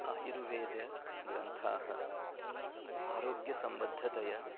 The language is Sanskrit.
आयुर्वेदग्रन्थाः आरोग्यसम्बद्धतया